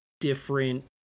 different